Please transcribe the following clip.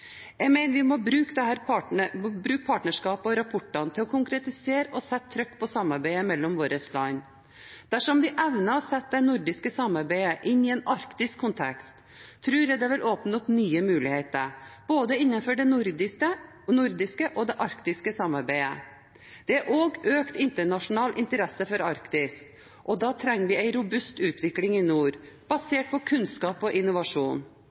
Jeg mener vi må bruke partnerskapet og rapportene til å konkretisere og sette trykk på samarbeidet mellom våre land. Dersom vi evner å sette det nordiske samarbeidet inn i en arktisk kontekst, tror jeg det vil åpne nye muligheter, både innenfor det nordiske og innenfor det arktiske samarbeidet. Det er også økt internasjonal interesse for Arktis, og da trenger vi en robust utvikling i nord, basert på kunnskap og innovasjon.